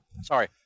Sorry